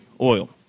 oil